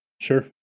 Sure